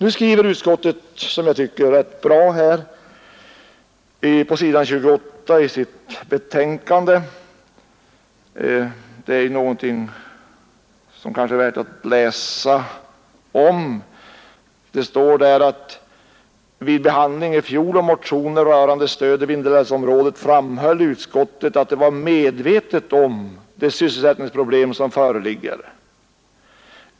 Utskottet skriver, som jag tycker rätt bra, på s. 28 i betänkandet: ”Vid behandling i fjol av motioner rörande stöd till Vindelälvsområdet framhöll utskottet att det var medvetet om de sysselsättningsproblem som föreligger ———.